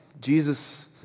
Jesus